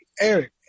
Eric